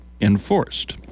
enforced